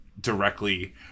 directly